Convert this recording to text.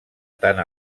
tant